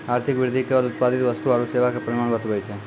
आर्थिक वृद्धि केवल उत्पादित वस्तु आरू सेवा के परिमाण बतबै छै